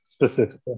Specifically